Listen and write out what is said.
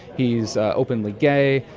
he's ah openly gay.